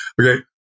okay